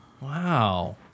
Wow